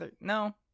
no